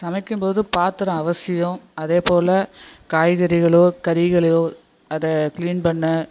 சமைக்கும்போது பாத்திரம் அவசியம் அதேப்போல் காய்கறிகளோ கரிகளையோ அதை க்ளீன் பண்ண